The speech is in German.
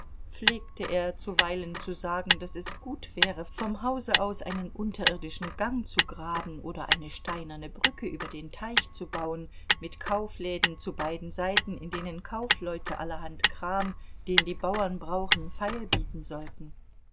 pflegte er zuweilen zu sagen daß es gut wäre vom hause aus einen unterirdischen gang zu graben oder eine steinerne brücke über den teich zu bauen mit kaufläden zu beiden seiten in denen kaufleute allerhand kram den die bauern brauchen feilbieten sollten